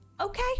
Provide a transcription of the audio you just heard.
Okay